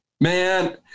man